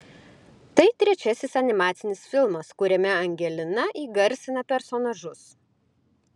tai trečiasis animacinis filmas kuriame angelina įgarsina personažus